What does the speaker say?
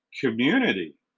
community